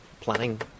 planning